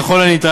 ככל הניתן,